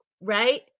right